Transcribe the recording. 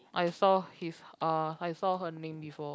I saw his uh I saw her name before